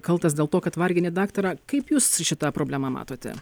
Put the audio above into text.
kaltas dėl to kad vargini daktarą kaip jūs šitą problemą matote